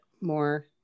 more